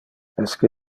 esque